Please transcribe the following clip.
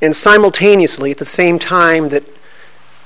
in simultaneously at the same time that